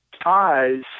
ties